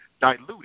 diluted